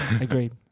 Agreed